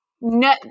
No